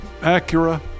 Acura